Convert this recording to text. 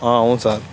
అవును సార్